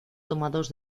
tomados